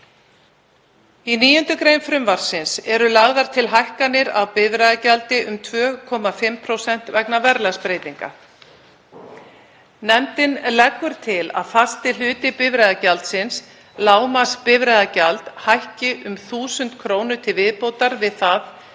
Í 9. gr. frumvarpsins eru lagðar til hækkanir á bifreiðagjaldi um 2,5% vegna verðlagsbreytinga. Nefndin leggur til að fasti hluti bifreiðagjaldsins, lágmarksbifreiðagjald, hækki um 1.000 kr. til viðbótar við það